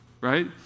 right